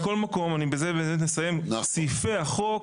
מכל מקום, בזה נסיים, סעיפי החוק,